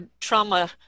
trauma